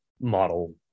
model